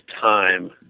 time